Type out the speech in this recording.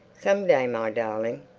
some day, my darling.